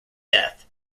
death